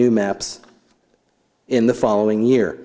new maps in the following year